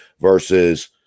versus